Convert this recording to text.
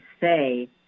say